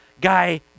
guy